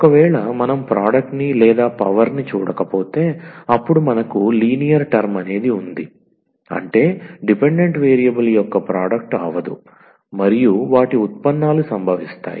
ఒకవేళ మనం ప్రోడక్ట్ ని లేదా పవర్ ని చూడకపోతే అప్పుడు మనకు లీనియర్ టర్మ్ అనేది ఉంది అంటే డిపెండెంట్ వేరియబుల్ యొక్క ప్రోడక్ట్ అవదు మరియు వాటి ఉత్పన్నాలు సంభవిస్తాయి